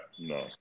No